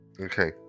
Okay